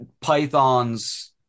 pythons